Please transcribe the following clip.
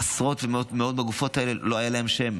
לעשרות ומאות מהגופות האלה לא היה שם,